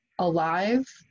alive